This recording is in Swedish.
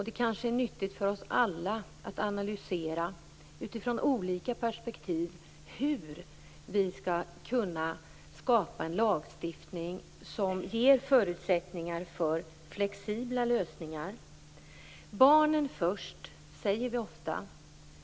Det är kanske nyttigt för oss alla att utifrån olika perspektiv analysera hur vi skall kunna skapa en lagstiftning som ger förutsättningar för flexibla lösningar. Barnen först, säger vi ofta.